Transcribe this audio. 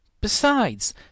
Besides